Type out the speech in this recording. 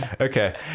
Okay